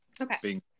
Okay